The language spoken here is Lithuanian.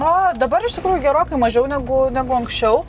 o dabar iš tikrųjų gerokai mažiau negu anksčiau